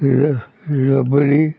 र रबडी